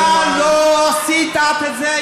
למה לא עשית אַת אֶת זה?